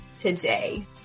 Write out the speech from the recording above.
today